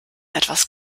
etwas